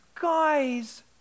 guys